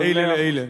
בין אלה לאלה.